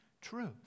truth